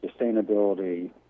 sustainability